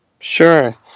Sure